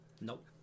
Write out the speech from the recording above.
Nope